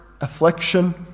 affliction